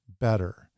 better